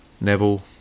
Neville